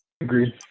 Agreed